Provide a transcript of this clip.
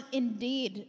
indeed